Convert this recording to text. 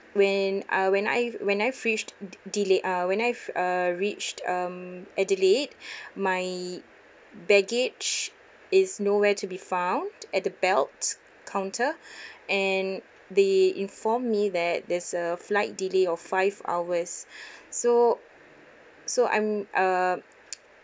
when ah when I when I've reached d~ delay uh when I've uh reached um adelaide my baggage is nowhere to be found at the belt counter and they informed me that there's a flight delay of five hours so so I'm uh